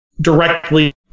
directly